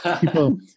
people